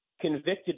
convicted